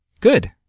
Good